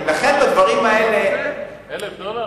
לכן בדברים האלה, ב-1,000 דולר,